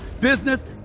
business